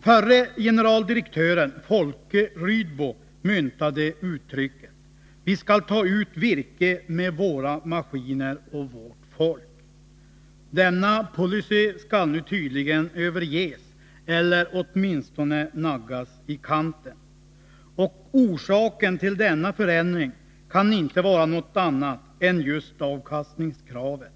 Förre generaldirektören Folke Rydbo myntade uttrycket: ”Vi skall ta ut virke med våra maskiner och vårt folk.” Denna policy skall nu tydligen överges eller åtminstone naggas i kanten. Orsaken till denna förändring kan inte vara något annat än just avkastningskravet,